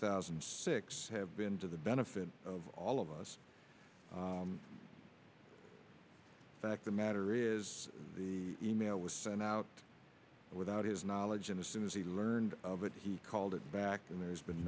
thousand and six have been to the benefit of all of us back the matter is the e mail was sent out without his knowledge innocent as he learned of it he called it back then there's been